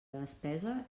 despesa